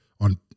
on